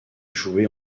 jouées